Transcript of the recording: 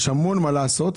יש המון מה לעשות,